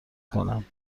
کنم